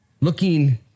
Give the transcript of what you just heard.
looking